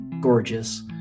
gorgeous